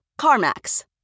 CarMax